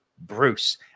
Bruce